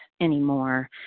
anymore